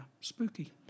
spooky